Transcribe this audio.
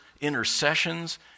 intercessions